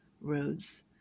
roads